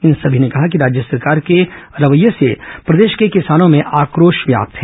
इन सभी ने कहा कि राज्य सरकार के रवैये से प्रदेश के किसानों में आक्रोश है